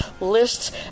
lists